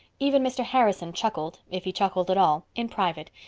even mr. harrison chuckled, if he chuckled at all, in private,